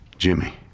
Jimmy